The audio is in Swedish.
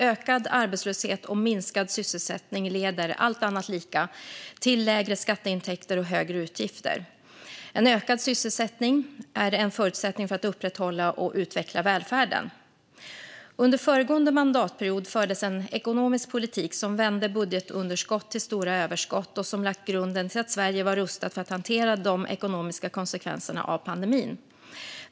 Ökad arbetslöshet och minskad sysselsättning leder, allt annat lika, till lägre skatteintäkter och högre utgifter. En ökad sysselsättning är en förutsättning för att upprätthålla och utveckla välfärden. Under föregående mandatperiod fördes en ekonomisk politik som vände budgetunderskott till stora överskott och som lade grunden till att Sverige var rustat för att hantera de ekonomiska konsekvenserna av pandemin.